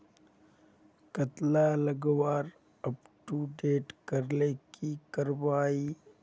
कतला लगवार अपटूडेट करले की करवा ई?